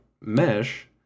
mesh